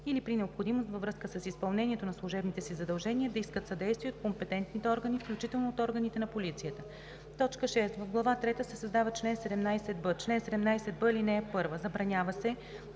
или при необходимост във връзка с изпълнението на служебните си задължения да искат съдействие от компетентните органи, включително от органите на полицията.“ 6. В глава трета се създава чл. 17б: „Чл. 17б (1) Забранява се